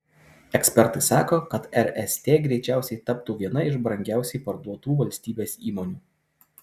ekspertai sako kad rst greičiausiai taptų viena iš brangiausiai parduotų valstybės įmonių